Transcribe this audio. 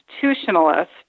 constitutionalist